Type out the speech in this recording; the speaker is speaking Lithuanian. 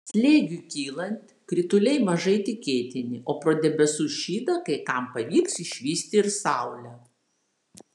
slėgiui kylant krituliai mažai tikėtini o pro debesų šydą kai kam pavyks išvysti ir saulę